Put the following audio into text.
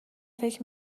فکر